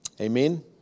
Amen